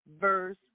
verse